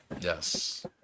Yes